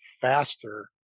faster